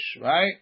right